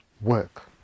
Work